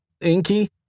Inky